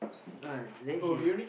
ah then she